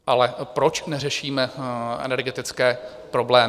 Ale proč neřešíme energetické problémy?